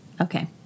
Okay